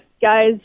guys